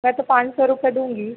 मैं तो पाँच सौ रुपये दूँगी